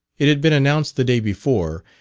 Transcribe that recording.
it had been announced the day before,